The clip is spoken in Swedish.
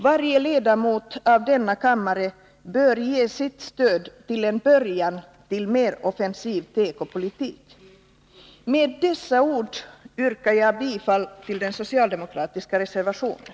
Varje ledamot av denna kammare bör till en början ge sitt stöd till en mer offensiv tekopolitik. Med dessa ord yrkar jag bifall till den socialdemokratiska reservationen.